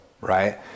right